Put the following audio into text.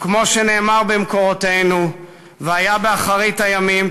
וכמו שנאמר במקורותינו: "והיה באחרית הימים,